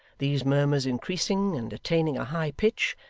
these murmurs increasing, and attaining a high pitch,